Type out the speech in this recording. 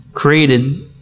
created